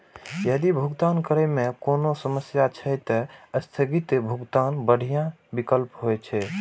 यदि भुगतान करै मे कोनो समस्या छै, ते स्थगित भुगतान बढ़िया विकल्प होइ छै